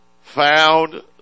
found